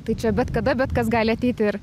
tai čia bet kada bet kas gali ateiti ir